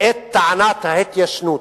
את טענת ההתיישנות,